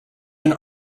been